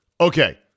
Okay